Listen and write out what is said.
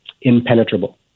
impenetrable